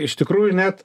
iš tikrųjų net